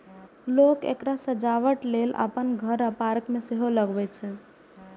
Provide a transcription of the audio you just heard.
लोक एकरा सजावटक लेल अपन घर आ पार्क मे सेहो लगबै छै